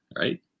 right